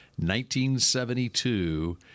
1972